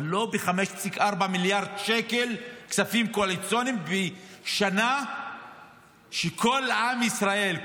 אבל לא ב-5.4 מיליארד שקל כספים קואליציוניים בשנה שכל עם ישראל,